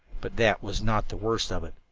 but that was not the worst of it.